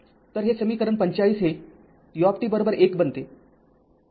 तर हे समीकरण ४५ हे u१ बनते